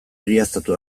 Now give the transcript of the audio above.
egiaztatu